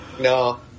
No